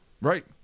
Right